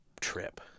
trip